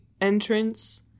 entrance